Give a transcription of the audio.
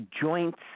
joints